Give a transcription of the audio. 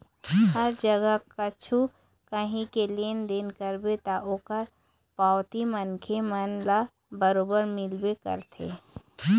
हर जगा कछु काही के लेन देन करबे ता ओखर पावती मनखे मन ल बरोबर मिलबे करथे